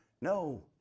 No